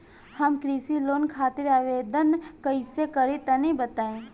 हम कृषि लोन खातिर आवेदन कइसे करि तनि बताई?